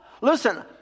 Listen